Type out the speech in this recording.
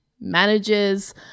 manages